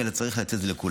אלא צריך לתת את זה לכולם.